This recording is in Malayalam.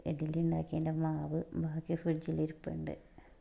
ഇഡലിയുണ്ടാക്കിയതിൻ്റെ മാവ് ബാക്കി ഫ്രിഡ്ജിലിരിപ്പുണ്ട്